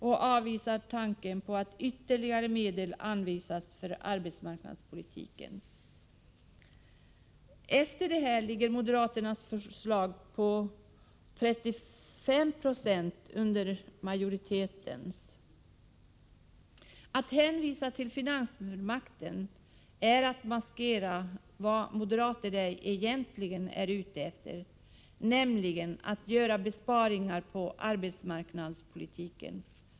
De avvisar tanken på att ytterligare medel anvisas för arbetsmarknadspolitiska åtgärder. Moderaternas förslag ligger nu således 35 76 under majoritetens förslag. Att hänvisa till finansfullmakten, som moderaterna gör, är bara ett sätt att maskera vad de egentligen är ute efter. Man vill nämligen göra besparingar på arbetsmarknadspolitikens område.